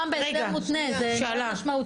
זה מאוד משמעותי.